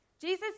Jesus